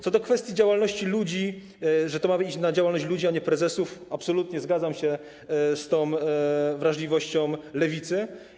Co do kwestii działalności ludzi, że to ma iść na działalność ludzi, a nie prezesów, absolutnie, zgadzam się z wrażliwością Lewicy.